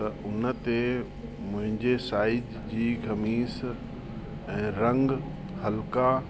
त हुन ते मुंहिंजे साइज़ जी कमीस ऐं रंग हल्का